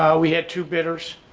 we had two bidders